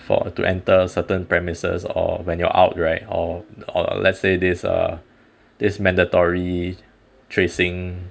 for to enter certain premises or when you're out right or or let's say this err this mandatory tracing